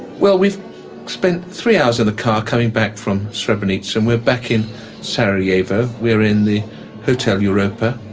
well, we've spent three hours in a car coming back from srebrenica and we're back in sarajevo, we're in the hotel europa.